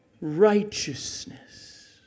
righteousness